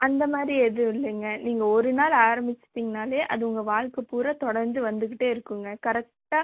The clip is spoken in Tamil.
அந்த மாதிரி எதுவும் இல்லைங்க நீங்கள் ஒரு நாள் ஆரமிச்சிட்டீங்கனாலே அது உங்கள் வாழ்க்கை பூரா தொடந்து வந்துகிட்டே இருக்குங்க கரெக்டாக